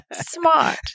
smart